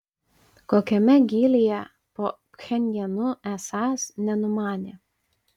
kokiame gylyje po pchenjanu esąs nenumanė